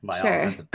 sure